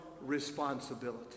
responsibility